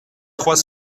trois